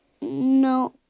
No